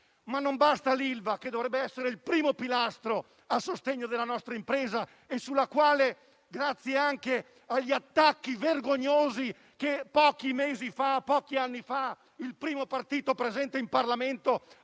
Ma non basta l'Ilva, che dovrebbe essere il primo pilastro a sostegno della nostra impresa. Grazie, invece, anche agli attacchi vergognosi che pochi anni fa il primo partito presente in Parlamento